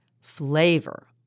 flavor